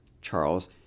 Charles